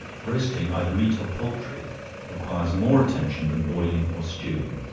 roasting either meat or poultry requires more attention than boiling or stewing